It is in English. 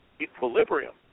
equilibrium